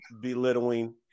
belittling